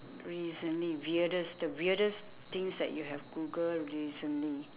recently weirdest the weirdest things that you have google recently